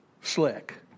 slick